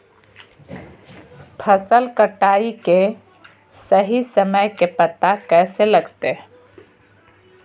फसल कटाई के सही समय के पता कैसे लगते?